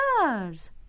stars